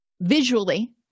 visually